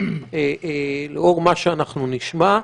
לאור מה שנשמע.